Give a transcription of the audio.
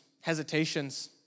hesitations